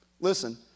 listen